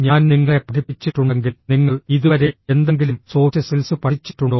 ഞാൻ നിങ്ങളെ പഠിപ്പിച്ചിട്ടുണ്ടെങ്കിൽ നിങ്ങൾ ഇതുവരെ എന്തെങ്കിലും സോഫ്റ്റ് സ്കിൽസ് പഠിച്ചിട്ടുണ്ടോ